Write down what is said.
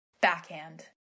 backhand